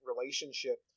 relationship